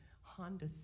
Honda